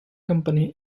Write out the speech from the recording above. company